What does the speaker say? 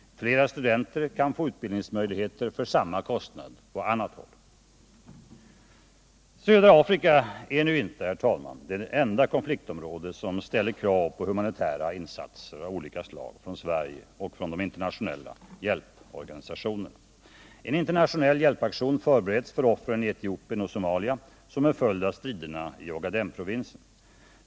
Fler studenter kan få utbildnings möjligheter för samma kostnad på annat håll. Södra Afrika är inte, herr talman, det enda konfliktområde som ställer krav på humanitära insatser av olika slag från Sverige och från de internationella hjälporganisationerna. En internationell hjälpaktion förbereds för offren i Etiopien och Somalia som en följd av striderna Ogadenprovinsen.